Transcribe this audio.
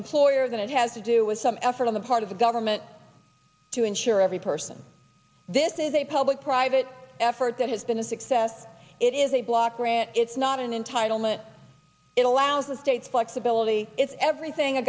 employer than it has to do with some effort on the part of the government to ensure every person this is a public private effort that has been a success it is a block grant not an entitlement it allows the state flexibility is everything a